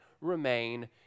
remain